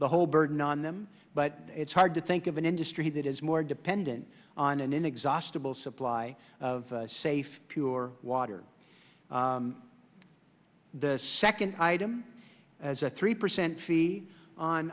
the whole burden on them but it's hard to think of an industry that is more dependent on an inexhaustible supply of safe pure water the second item as a three percent fee on